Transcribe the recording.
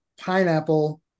pineapple